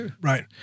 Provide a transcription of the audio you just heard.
Right